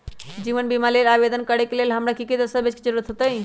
जीवन बीमा के लेल आवेदन करे लेल हमरा की की दस्तावेज के जरूरत होतई?